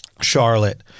Charlotte